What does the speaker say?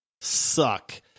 suck